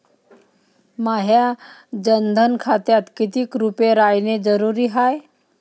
माह्या जनधन खात्यात कितीक रूपे रायने जरुरी हाय?